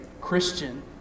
Christian